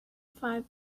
five